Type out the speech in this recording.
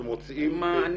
אני